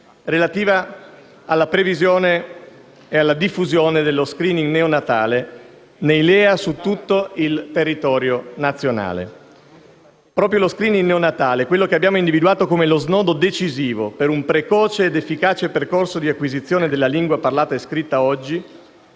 relativa alla previsione ed alla diffusione dello *screening* neonatale nei Livelli essenziali di assistenza (LEA) su tutto il territorio nazionale. Proprio lo *screening* neonatale, quello che abbiamo individuato come lo snodo decisivo per un precoce ed efficace percorso di acquisizione della lingua parlata e scritta oggi,